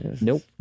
Nope